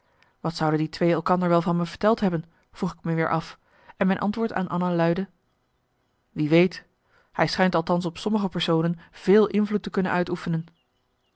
wat zouden die twee elkander wel van me verteld hebben vroeg ik me weer af en mijn antwoord aan anna luidde wie weet hij schijnt althans op sommige personen veel invloed te kunnen uitoefenen